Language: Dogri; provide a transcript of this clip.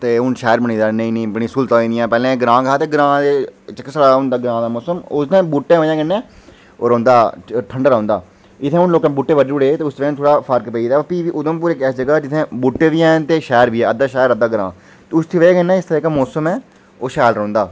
ते हून शहर बनी गेदा नेईं नेईं बड़ी स्हूलतां होई गेदियां पहले ग्रां गै हा ते ग्रां दे जेह्के साढ़ा होंदा ग्रां दा मौसम उसदा बूह्टे दी बजह कन्नै ओह् रौंह्दा ठंडा रौंह्दा इत्थै मतलब लोकें बूह्टे बड्ढी ओड़े उस बजह कन्नै थोह्ड़ा फर्क पेई गेदा फ्ही बी उधमपुर इक ऐसी जगह ऐ जित्थे बूहटे बी ऐन ते शहर बी अद्धा शहर अद्धा ग्रां उसे बजह कने इसदा जेह्डा मोसम ओह् शैल रौह्दा